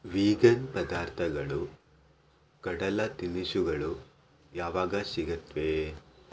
vegan ಪದಾರ್ಥಗಳು ಕಡಲ ತಿನಿಸುಗಳು ಯಾವಾಗ ಸಿಗತ್ವೆ